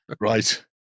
right